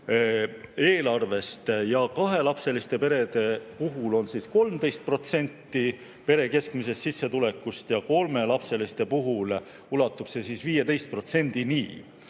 eelarvest, kahelapseliste perede puhul on see 13% pere keskmisest sissetulekust ja kolmelapseliste puhul ulatub see 15%‑ni